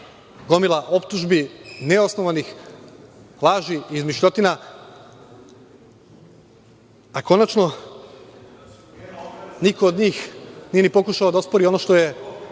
gomila optužbi neosnovanih, laži i izmišljotina. Konačno, niko od njih nije ni pokušao da ospori ono što je